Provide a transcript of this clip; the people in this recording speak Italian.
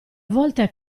volte